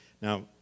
Now